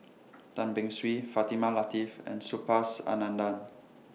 Tan Beng Swee Fatimah Lateef and Subhas Anandan